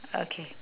okay